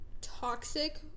toxic